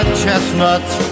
chestnuts